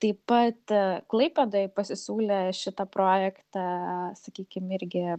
taip pat klaipėdoj pasisiūlė šitą projektą sakykim irgi